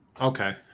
Okay